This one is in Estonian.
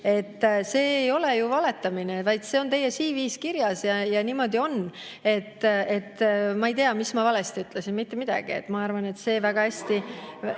See ei ole ju valetamine, vaid see on teie CV‑s kirjas ja niimoodi on. Ma ei tea, mis ma valesti ütlesin. Mitte midagi. Ma arvan, et see väga hästi ...